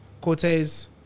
Cortez